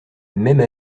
même